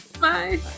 Bye